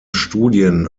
studien